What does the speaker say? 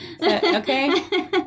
okay